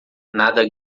nada